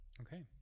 Okay